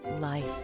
Life